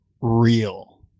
real